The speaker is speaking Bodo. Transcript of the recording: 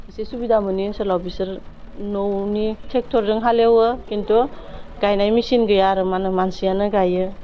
एसे सुबिदा मोनै ओनसोलाव बिसोर न'नि टेक्टरजों हालेवो खिन्थु गायनाय मेचिन गैया आरो मा होनो मानसियानो गायो